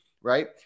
right